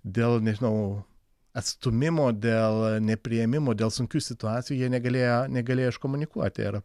dėl nežinau atstūmimo dėl nepriėmimo dėl sunkių situacijų jie negalėjo negalėjo iškomunikuoti ir